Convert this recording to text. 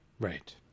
Right